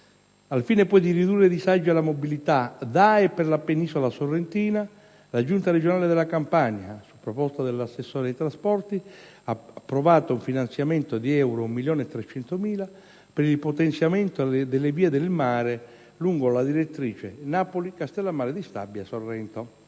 Al fine, poi, di ridurre i disagi alla mobilità da e per la Penisola sorrentina, la giunta regionale della Campania, su proposta dell'assessore ai trasporti, ha approvato un finanziamento di 1.300.000 euro per il potenziamento delle vie del mare lungo la direttrice Napoli-Castellammare di Stabia-Sorrento.